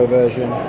version